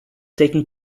taken